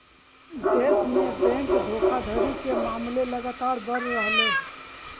देश में बैंक धोखाधड़ी के मामले लगातार बढ़ रहलय